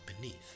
beneath